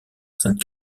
sainte